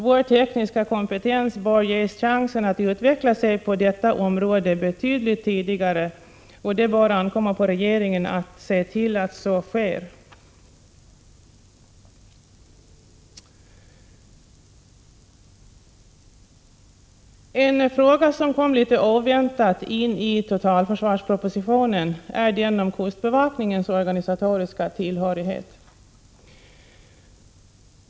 Vår tekniska kompetens bör ges chansen att utveckla sig på detta område betydligt tidigare. Det bör ankomma på regeringen att se till att så sker. En fråga som kom ini totalförsvarspropositionen litet oväntat är frågan om kustbevakningens organisatoriska tillhörighet.